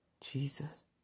Jesus